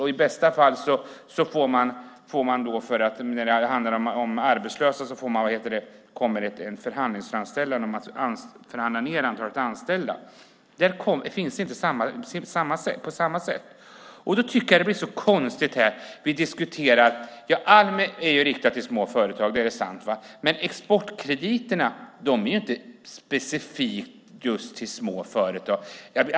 I bästa fall kommer det, när det handlar om arbetslösa, en förhandlingsframställan om att förhandla ned antalet anställda. Det syns alltså inte på samma sätt. Almi är riktat till små företag; det är sant. Exportkrediterna är dock inte specifikt till för små företag.